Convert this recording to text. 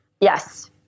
Yes